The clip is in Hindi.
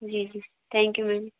जी जी थैंक्यू मैम